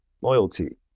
Loyalty